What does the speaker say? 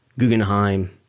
Guggenheim